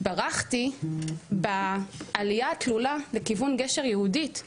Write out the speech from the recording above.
ברחתי בעלייה התלולה לכיוון גשר יהודית.